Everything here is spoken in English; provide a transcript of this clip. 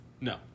No